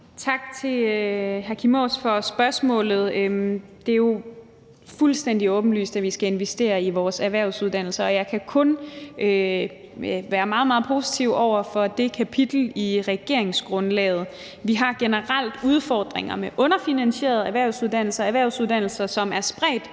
Tak til hr. Kim Aas for spørgsmålet. Det er jo fuldstændig åbenlyst, at vi skal investere i vores erhvervsuddannelser, og jeg kan kun være meget, meget positiv over for det kapitel i regeringsgrundlaget. Vi har generelt udfordringer med underfinansierede erhvervsuddannelser. De er spredt